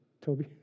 Toby